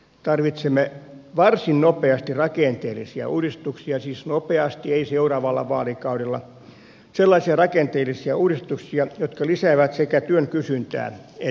tarvitsemme varsin nopeasti siis nopeasti ei seuraavalla vaalikaudella rakenteellisia uudistuksia sellaisia rakenteellisia uudistuksia jotka lisäävät sekä työn kysyntää että sen tarjontaa